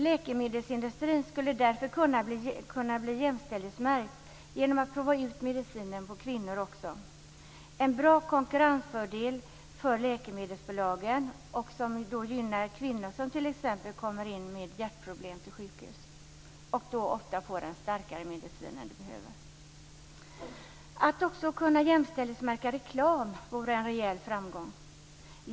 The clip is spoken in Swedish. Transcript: Läkemedelsindustrin skulle därför kunna bli jämställdhetsmärkt genom att medicin provas ut också på kvinnor - en bra konkurrensfördel för läkemedelsbolag som gynnar t.ex. de kvinnor som kommer in med hjärtproblem till sjukhus och då ofta får en starkare medicin än de behöver. Att också kunna jämställdhetsmärka reklam vore en rejäl framgång.